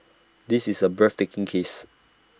this is A breathtaking case